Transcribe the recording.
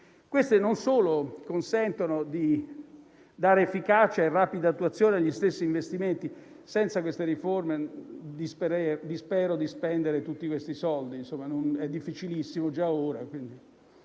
Queste, non solo consentono di dare efficacia e rapida attuazione gli stessi investimenti (senza queste riforme, dispero di spendere tutti questi soldi: insomma, è difficilissimo già ora),